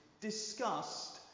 discussed